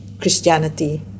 Christianity